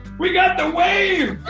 we got the wave!